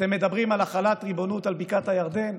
אתם מדברים על החלת ריבונות על בקעת הירדן?